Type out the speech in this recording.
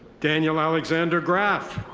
daniel alexander graf.